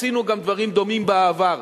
עשינו דברים דומים גם בעבר,